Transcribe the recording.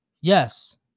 Yes